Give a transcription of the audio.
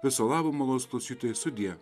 viso labo malonūs klausytojai sudie